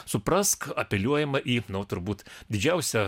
suprask apeliuojama į nu turbūt didžiausią